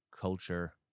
culture